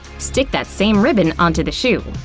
stick that same ribbon onto the shoe.